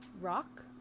rock